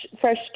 Fresh